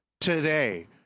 today